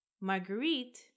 Marguerite